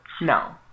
no